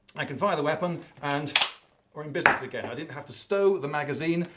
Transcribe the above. i can fire the weapon and we're in business again. i didn't have to stow the magazine.